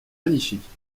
magnifiques